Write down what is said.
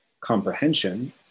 comprehension